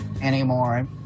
anymore